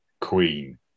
queen